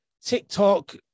TikTok